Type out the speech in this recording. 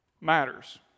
matters